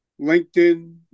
LinkedIn